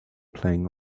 playing